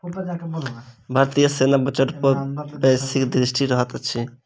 भारतीय सेना बजट पर वैश्विक दृष्टि रहैत अछि